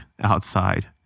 outside